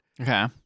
Okay